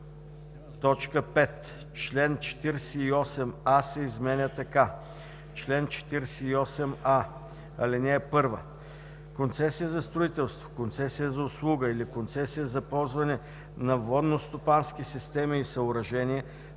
5. Член 47а се изменя така: „Чл. 47а. (1) Концесия за строителство, концесия за услуга или концесия за ползване на водностопански системи и съоръжения,